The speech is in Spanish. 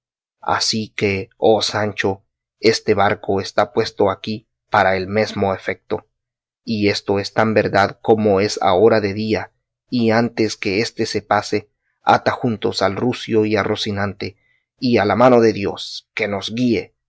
así que oh sancho este barco está puesto aquí para el mesmo efecto y esto es tan verdad como es ahora de día y antes que éste se pase ata juntos al rucio y a rocinante y a la mano de dios que nos guíe